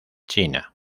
china